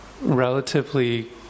relatively